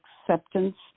acceptance